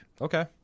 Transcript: Okay